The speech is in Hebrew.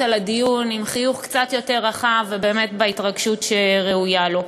אל הדיון עם חיוך יותר רחב ובאמת בהתרגשות שראויה לו.